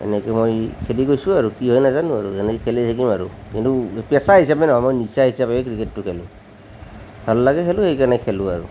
এনেকৈ মই খেলি গৈছোঁ আৰু কি হয় নাজানো আৰু এনেকৈ খেলি থাকিম আৰু কিন্তু পেচা হিচাপে নহয় মই নিচা হিচাপেহে ক্ৰিকেটটো খেলোঁ ভাল লাগে সেইকাৰণে খেলোঁ আৰু